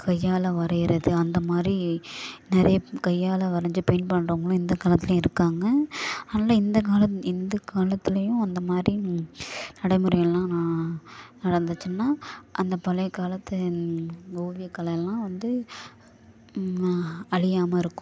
கையால் வரைகிறது அந்த மாதிரி நிறைய கையால் வரைஞ்சி பெயிண்ட் பண்ணுறவங்களும் இந்த காலத்துலேயும் இருக்காங்க அதனால இந்த காலம் இந்த காலத்துலேயும் அந்த மாதிரி நடைமுறையெல்லாம் நா நடந்துச்சுன்னா அந்த பழைய காலத்து ஓவியக்கலை எல்லாம் வந்து அழியாம இருக்கும்